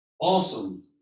awesome